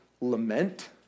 lament